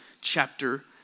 chapter